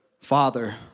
Father